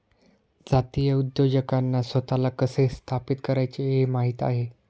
जातीय उद्योजकांना स्वतःला कसे स्थापित करायचे हे माहित आहे